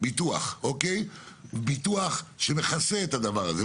ביטוח שמכסה את הדבר הזה,